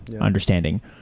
understanding